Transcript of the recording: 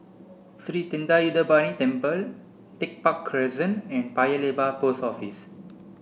Sri Thendayuthapani Temple Tech Park Crescent and Paya Lebar Post Office